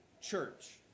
church